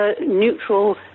neutral